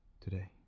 Today